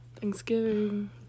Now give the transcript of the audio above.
Thanksgiving